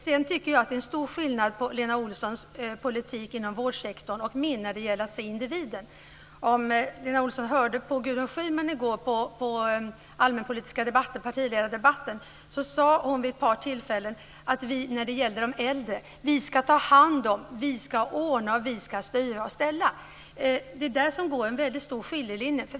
Jag tycker vidare att det är stor skillnad mellan Lena Olssons och min politik när det gäller att se individen inom vårdsektorn. Kanske lyssnade Lena Gudrun Schyman sade vid ett par tillfällen om de äldre: Vi ska ta hand om dem, vi ska ordna och vi ska styra och ställa. Där går en mycket tydlig skiljelinje.